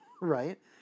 right